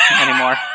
anymore